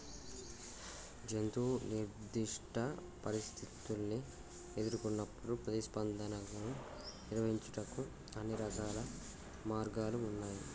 జంతువు నిర్దిష్ట పరిస్థితుల్ని ఎదురుకొన్నప్పుడు ప్రతిస్పందనను నిర్వహించుటకు అన్ని రకాల మార్గాలు ఉన్నాయి